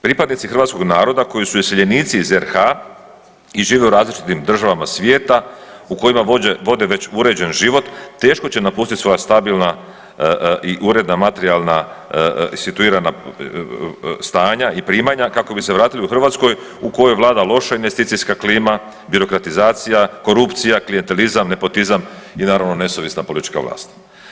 Pripadnici hrvatskog naroda koji su iseljenici iz RH i žive u različitim državama svijeta u kojima vode već uređen život, teško će napustiti svoja stabilna i uredna materijalna i situirana stanja i primanja, kako bi se vratili u Hrvatskoj u kojoj vlada loša investicijska klima, birokratizacija, korupcija, klijentelizam, nepotizam, i naravno, nesuvisla politička vlast.